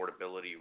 affordability